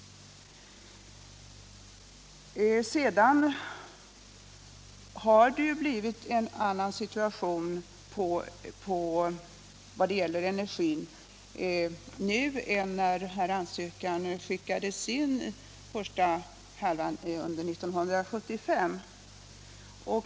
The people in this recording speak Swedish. Det har ju blivit en annan situation när det gäller energin nu än när ansökan skickades in under första halvåret 1975.